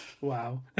wow